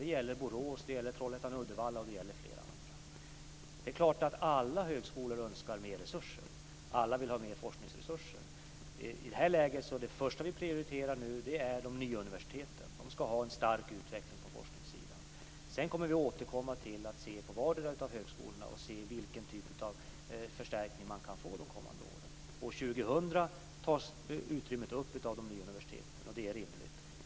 Det gäller Borås, Det är klart att alla högskolor önskar mer resurser och mer forskningsresurser. I det här läget är det första som vi prioriterar de nya universiteten. De skall ha en stark utveckling på forskningssidan. Sedan återkommer vi till vardera av höskolorna för att se vilken typ av förstärkning som de kan få under de kommande åren. År 2000 tas detta utrymme upp av de nya universiteten, och det är rimligt.